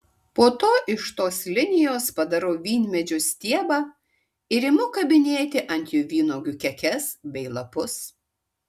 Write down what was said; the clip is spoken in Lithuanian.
po to iš tos linijos padarau vynmedžio stiebą ir imu kabinėti ant jo vynuogių kekes bei lapus